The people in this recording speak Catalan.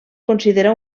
considera